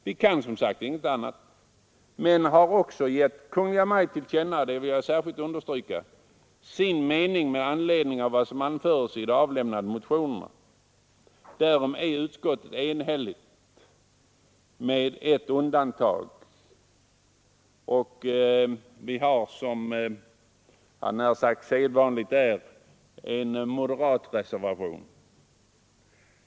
Vi kan, som sagt, inte göra annat. Jag vill dock särskilt understryka att vi har givit Kungl. Maj:t till känna vår mening med anledning av vad som anförs i de avlämnade motionerna. Därom är utskottet enhälligt, med ett undantag. Som sedvanligt är, hade jag så när sagt, har vi en moderatreservation.